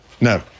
No